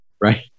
right